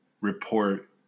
report